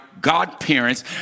godparents